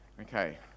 Okay